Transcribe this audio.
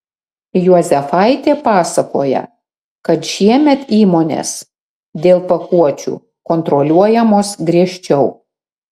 juozefaitė pasakoja kad šiemet įmonės dėl pakuočių kontroliuojamos griežčiau